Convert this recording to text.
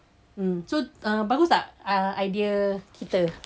mm so uh bagus tak idea kita